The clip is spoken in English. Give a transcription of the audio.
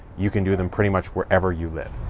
you can do them pretty much wherever you live.